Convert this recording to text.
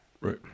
Right